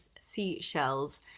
seashells